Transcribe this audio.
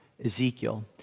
Ezekiel